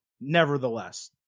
nevertheless